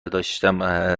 داشتم